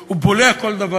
הוא בולע כל דבר